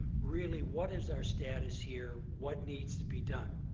really, what is our status here? what needs to be done?